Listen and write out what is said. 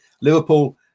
Liverpool